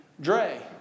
Dre